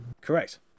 Correct